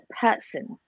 person